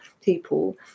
people